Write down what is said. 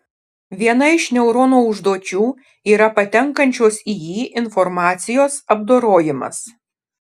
viena iš neurono užduočių yra patenkančios į jį informacijos apdorojimas